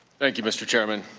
thank you mr. chairman.